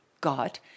God